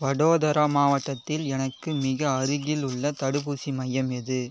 வடோதரா மாவட்டத்தில் எனக்கு மிக அருகில் உள்ள தடுப்பூசி மையம் எது